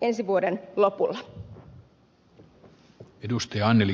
ensi vuoden lopulla